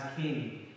King